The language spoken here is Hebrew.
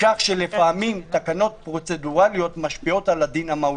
מכך שלפעמים תקנות פרוצדורליות משפיעות על הדין המהותי.